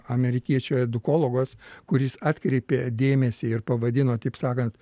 amerikiečių edukologas kuris atkreipė dėmesį ir pavadino taip sakant